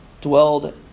dwelled